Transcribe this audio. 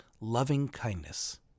loving-kindness